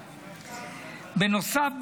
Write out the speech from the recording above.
בנוסף,